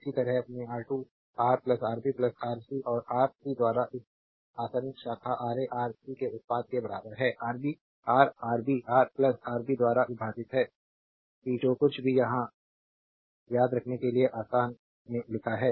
इसी तरह अपने R2 रा आरबी आर सी और आर सी द्वारा इस आसन्न शाखा आरए आर सी के उत्पाद के बराबर है आरबी रा रा आरबी रा आरबी द्वारा विभाजित है कि जो कुछ भी यह यहां ४५ ४६ याद करने के लिए आसान में लिखा है